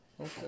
Okay